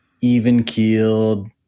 even-keeled